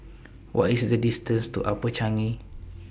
What IS The distance to Upper Changi